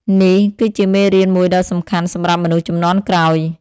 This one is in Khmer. នេះគឺជាមេរៀនមួយដ៏សំខាន់សម្រាប់មនុស្សជំនាន់ក្រោយ។